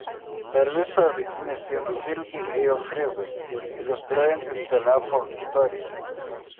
per visą vidinės sienos ilgį ėjo frizas iliustruojantis telefo istoriją